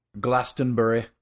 Glastonbury